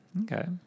Okay